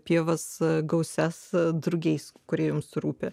pievas gausias drugiais kuriems rūpi